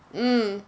mm